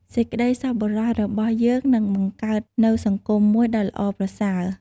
សេចក្តីសប្បុរសរបស់យើងនឹងបង្កើតនូវសង្គមមួយដ៏ល្អប្រសើរ។